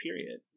period